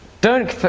don't.